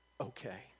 Okay